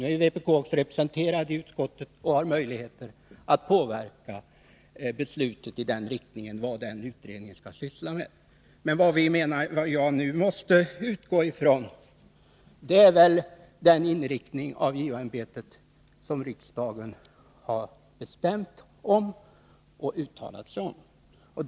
Nu är vpk representerat i utskottet och har möjlighet att påverka beslutet om vad utredningen skall syssla med. Vad jag nu måste utgå från är emellertid den inriktning av JO-ämbetet som riksdagen har bestämt och uttalat sig för.